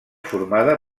formada